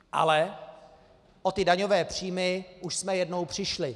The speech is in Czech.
Ale o ty daňové příjmy už jsme jednou přišli.